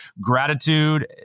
Gratitude